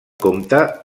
compte